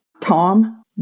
Tom